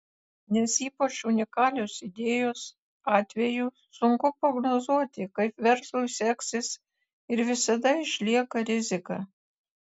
nes ypač unikalios idėjos atveju sunku prognozuoti kaip verslui seksis ir visada išlieka rizika